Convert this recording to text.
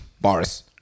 bars